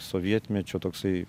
sovietmečio toksai